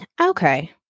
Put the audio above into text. okay